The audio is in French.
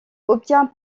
obtient